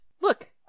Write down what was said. Look